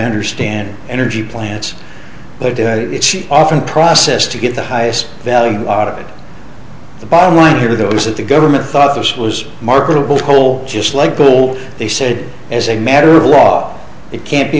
understand energy plants they do it it's often process to get the highest value out of it the bottom line here though is that the government thought this was marketable coal just like bill they said it as a matter of law it can't be